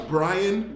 Brian